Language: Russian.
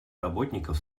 работников